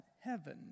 heaven